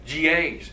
GAs